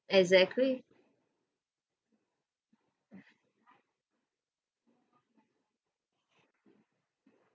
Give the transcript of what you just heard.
exactly